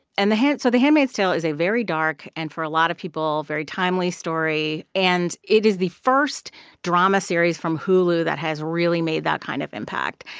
and the so the handmaid's tale is a very dark and, for a lot of people, very timely story. and it is the first drama series from hulu that has really made that kind of impact.